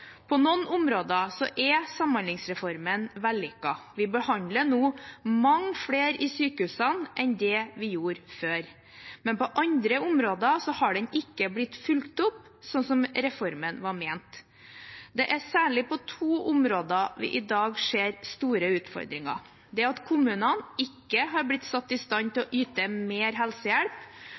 På noen områder er samhandlingsreformen vellykket. Vi behandler nå mange flere i sykehusene enn vi gjorde før. Men på andre områder har reformen ikke blitt fulgt opp sånn som det var ment. Det er særlig på to områder vi i dag ser store utfordringer: det at kommunene ikke har blitt satt i stand til å yte mer helsehjelp,